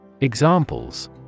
Examples